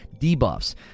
debuffs